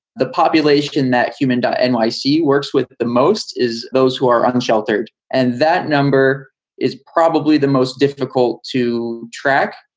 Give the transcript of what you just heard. the population that human n y c. works with the most is those who are unsheltered. and that number is probably the most difficult to track.